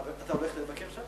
אתה הולך לבקר שם?